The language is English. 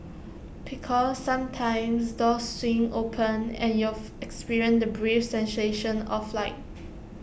because sometimes doors swing open and you'll experience the brief sensation of flight